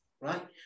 right